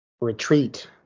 retreat